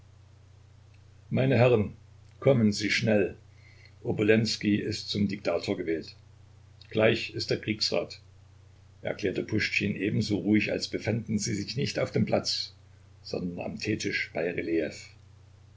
meine herren kommen sie schnell obolenskij ist zum diktator gewählt gleich ist der kriegsrat erklärte puschtschin ebenso ruhig als befänden sie sich nicht auf dem platz sondern am teetisch bei